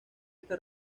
esta